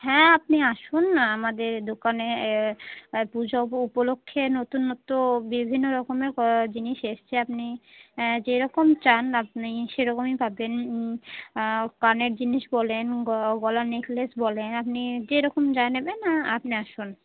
হ্যাঁ আপনি আসুন না আমাদের দোকানে পুজো উপলক্ষে নতুনত্ব বিভিন্ন রকমের জিনিস এসছে আপনি যেরকম চান আপনি সেরকমই পাবেন কানের জিনিস বলেন গলার নেকলেস বলেন আপনি যেরকম যা নেবেন আপনি আসুন